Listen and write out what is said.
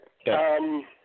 Okay